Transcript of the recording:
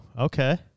Okay